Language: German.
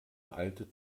alte